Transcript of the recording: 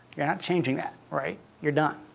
you're not changing that, right? you're done.